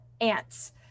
ants